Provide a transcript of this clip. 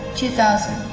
two thousand.